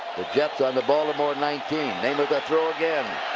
the jets on the baltimore nineteen. namath to throw again.